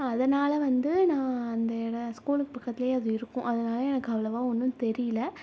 அதனால் வந்து நான் அந்த இட ஸ்கூலுக்கு பக்கத்தில் அது இருக்கும் அதனால எனக்கு அவ்வளோவா ஒன்றும் தெரியலை